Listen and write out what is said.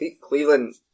Cleveland